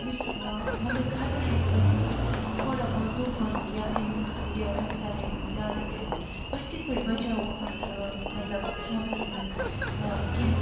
یُس آ مَطلَب خَطرٕ ہیٚکہِ ٲسِتھ تھوڑا بہت طوفانُک یا امیُک یہِ رفتار ہیٚکہِ زیادٕ ٲسِتھ أسۍ کِتھٕ پٲٹھۍ بَچاوو اَتھ مَطلَب سونٛتَس مَنٛز آ کیٚنٛہہ